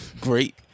great